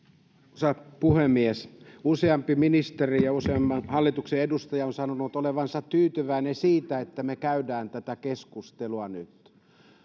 arvoisa puhemies useampi ministeri ja useamman hallituksen edustaja on sanonut olevansa tyytyväinen siitä että me käymme tätä keskustelua nyt